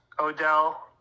Odell